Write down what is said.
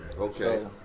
Okay